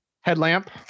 Headlamp